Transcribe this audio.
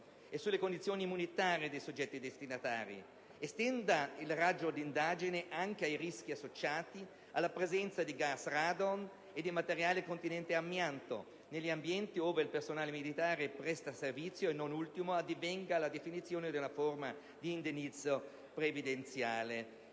e sulle condizioni immunitarie dei soggetti destinatari, estendendo il raggio di indagine anche ai rischi associati alla presenza di gas radon e di materiale contenente amianto negli ambienti ove il personale militare presta servizio e, non ultimo, addivenendo alla definizione di una forma di indennizzo previdenziale